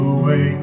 away